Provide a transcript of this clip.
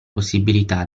possibilità